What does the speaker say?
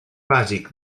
bàsic